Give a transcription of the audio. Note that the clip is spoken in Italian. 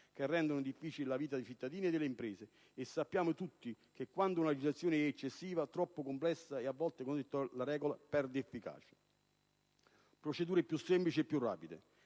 che rendono difficile la vita dei cittadini e delle imprese e sappiamo tutti che, quando una legislazione è eccessiva, troppo complessa e a volte contraddittoria, la "regola" perde efficacia. Quindi, sono necessarie procedure più semplici e più rapide.